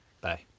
Bye